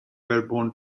airborne